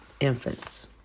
infants